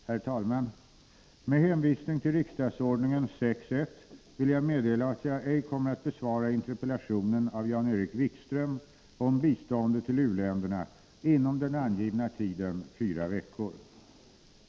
Herr talman! Med hänvisning till riksdagsordningen 6 kap. 13 vill jag meddela att jag ej kommer att besvara interpellationen av Jan-Erik Wikström om biståndet till utvecklingsländerna inom den angivna tiden fyra veckor.